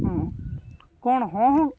ହଁ କ'ଣ ହଁ ହଁ